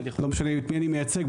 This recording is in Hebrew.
לא משנה את מי אני מייצג,